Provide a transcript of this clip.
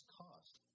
cost